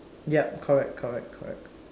yup correct correct correct